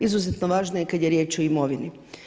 Izuzetno važna i kad je riječ o imovini.